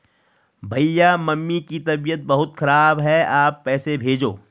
भैया मम्मी की तबीयत बहुत खराब है आप पैसे भेजो